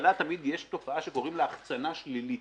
בכלכלה תמיד יש תופעה שקוראים לה החצנה שלילית.